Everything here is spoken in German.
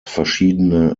verschiedene